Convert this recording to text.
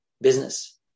business